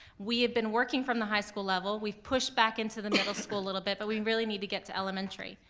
we have been working from the high school level, we've pushed back into the middle school a little bit but we really need to get to elementary.